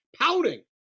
pouting